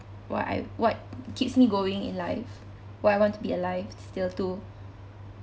what I what keeps me going in life why I want to be alive still too